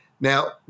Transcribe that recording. now